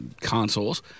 consoles